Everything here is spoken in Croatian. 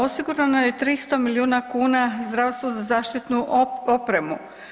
Osigurano je 300 milijuna kuna zdravstvu za zaštitnu opremu.